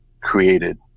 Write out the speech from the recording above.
created